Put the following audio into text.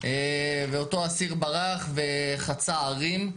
ואותו אסיר ברח וחצה הרים.